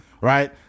Right